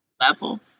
level